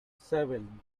seven